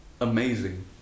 amazing